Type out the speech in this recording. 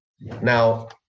Now